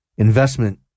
investment